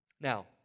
Now